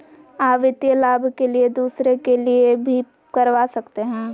आ वित्तीय लाभ के लिए दूसरे के लिए भी करवा सकते हैं?